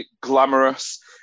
glamorous